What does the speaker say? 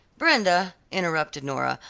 brenda, interrupted nora,